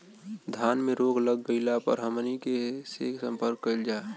धान में रोग लग गईला पर हमनी के से संपर्क कईल जाई?